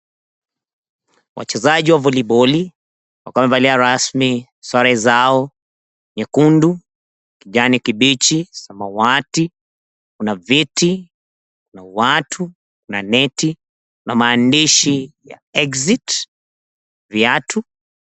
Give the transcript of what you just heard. Wachezaji wa voleboli ambao wamevalia rasmi sare zao nyekundu, kijani kibichi, samawati. Kuna viti, kuna watu, kuna neti na maandishi ya EXIT , viatu.